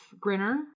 Grinner